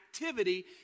activity